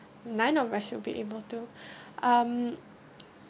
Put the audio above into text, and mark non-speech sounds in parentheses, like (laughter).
none of us will be able to (breath) um